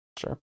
Sure